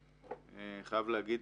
אני חייב להגיד,